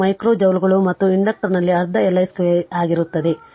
2 micro ಜೌಲ್ಗಳು ಮತ್ತು ಇಂಡಕ್ಟರ್ನಲ್ಲಿ ಅರ್ಧ L i 2 ಆಗಿರುತ್ತದೆ